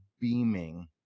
beaming